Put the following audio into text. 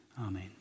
Amen